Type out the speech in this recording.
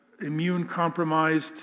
immune-compromised